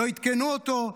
לא עדכנו אותו,